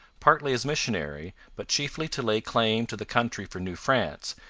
partly as missionary, but chiefly to lay claim to the country for new france,